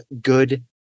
good